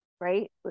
right